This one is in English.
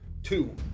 Two